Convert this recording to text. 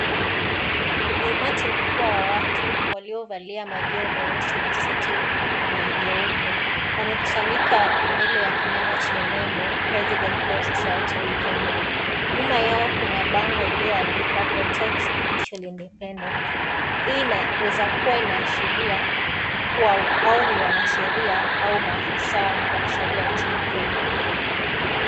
Ni umati mkubwa wa watu waliovalia mageo meusi na suti ni nyeupe . Wamekusanyika mbele ya kinara chenye nembo president law society of Kenya . Nyuma yao kuna bango iliyoandikwa protect judicial independence , hii inaweza kuwa inashiria kuwa wao ni wanasheria au maafisa wa kisheria nchini Kenya.